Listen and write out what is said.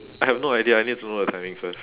I have no idea I need to know the timing first